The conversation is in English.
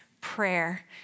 prayer